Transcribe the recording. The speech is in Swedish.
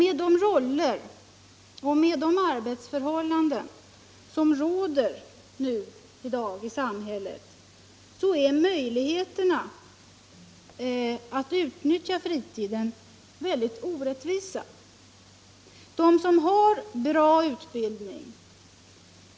Med de roller och de arbetsförhållanden som vi i dag har i samhället kan möjligheterna att utnyttja fritiden inte anses svara mot rättvisekrav som vi har rätt att ställa.